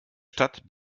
stadt